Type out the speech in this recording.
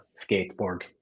skateboard